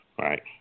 Right